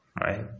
right